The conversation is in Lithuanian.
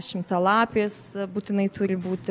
šimtalapis būtinai turi būti